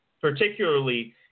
particularly